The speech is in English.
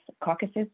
caucuses